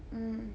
mm